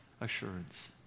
assurance